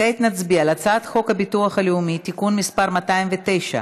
כעת נצביע על הצעת חוק הביטוח הלאומי (תיקון מס' 209),